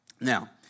Now